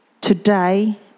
Today